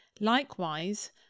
Likewise